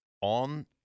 on